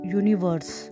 universe